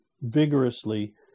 vigorously